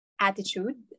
attitude